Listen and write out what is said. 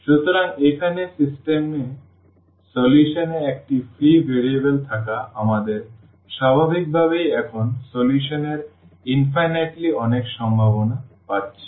সুতরাং এখানে সিস্টেমে সমাধান এ একটি ফ্রি ভেরিয়েবল থাকা আমরা স্বাভাবিক ভাবেই এখন সমাধান এর অসীম অনেক সম্ভাবনা পাচ্ছি